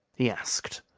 he asked.